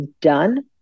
done